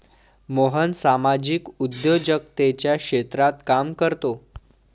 मोहन सामाजिक उद्योजकतेच्या क्षेत्रात काम करतो